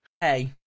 Hey